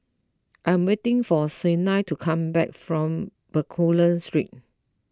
I am waiting for Siena to come back from Bencoolen Street